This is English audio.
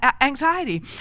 anxiety